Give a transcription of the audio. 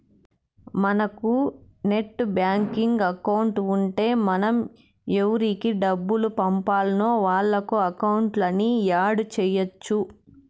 మనకు net banking account ఉంటే మనం ఎవురికి డబ్బులు పంపాల్నో వాళ్ళ అకౌంట్లని యాడ్ చెయ్యచ్చు